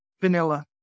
vanilla